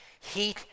Heat